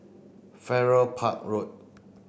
Farrer Park Road